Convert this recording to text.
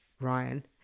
Ryan